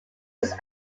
his